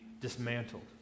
dismantled